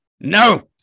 no